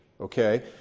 Okay